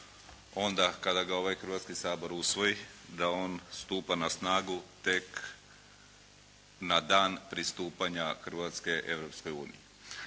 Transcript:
onda kada ga ovaj Hrvatski sabor usvoji da on stupa na snagu tek na dan pristupanja Hrvatske